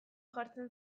jartzen